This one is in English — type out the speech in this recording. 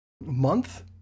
month